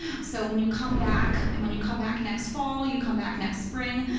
so when you come back, and when you come back next fall you come back next spring,